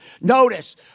Notice